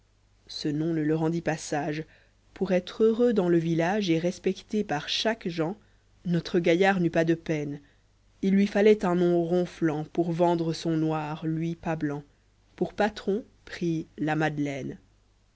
ce nom ne le rendit pas page pour être heureux dans le village et respecté par chaque jean notre gaillard n'eut pas de peine il lui fallait un nom ronflant pour vendre son noir lui pas blanc pour patron prit la madeleine